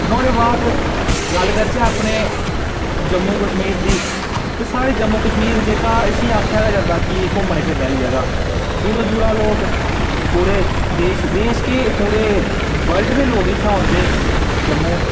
नुहाड़े बाद गल्ल करचै अपने जम्मू कश्मीर दी साढ़े जम्मू कश्मीर जेह्का इसी आखेआ जंदा कि घुम्मने फिरने आह्ली जगह दूरा दूरा लोक पूरे देश पूरे देश केह् वर्ल्ड दे लोक इत्थै औंदे जम्मू